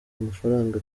amafaranga